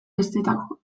festetako